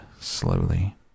slowly